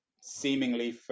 seemingly